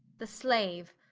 the slaue,